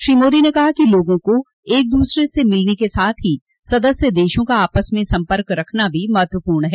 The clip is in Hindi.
श्री मोदी ने कहा कि लोगों को एक दूसरे से मिलने के साथ ही सदस्य देशों का आपस में सम्पर्क रखना भी महत्वपूर्ण है